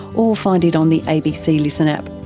or find it on the abc listen app.